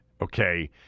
Okay